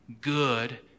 good